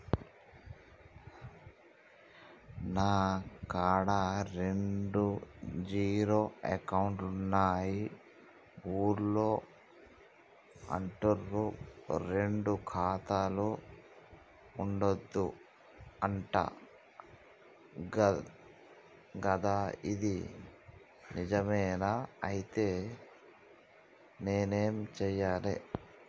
నా కాడా రెండు జీరో అకౌంట్లున్నాయి ఊళ్ళో అంటుర్రు రెండు ఖాతాలు ఉండద్దు అంట గదా ఇది నిజమేనా? ఐతే నేనేం చేయాలే?